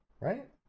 right